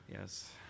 Yes